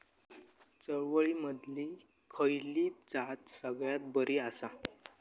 चवळीमधली खयली जात सगळ्यात बरी आसा?